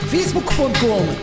Facebook.com